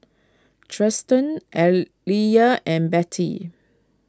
Trystan Aaliyah and Betty